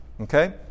Okay